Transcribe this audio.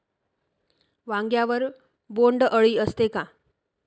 वांग्यावर बोंडअळी असते का?